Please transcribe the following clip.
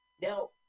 now